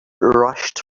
rushed